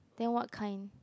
then what kind